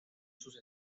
sus